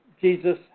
Jesus